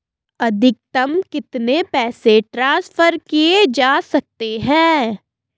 अधिकतम कितने पैसे ट्रांसफर किये जा सकते हैं?